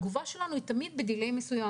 התגובה שלנו היא תמיד באיחור מסוים.